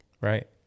Right